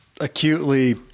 acutely